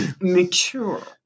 mature